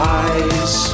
eyes